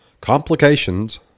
complications